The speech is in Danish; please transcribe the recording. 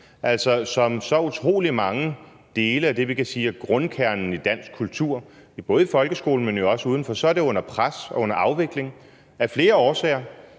af det, vi kan sige er grundkernen i dansk kultur, både i folkeskolen, men jo også uden for, er det under pres og under afvikling af flere årsager.